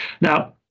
Now